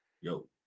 yo